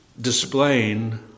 displaying